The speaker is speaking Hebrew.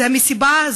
זו המסיבה,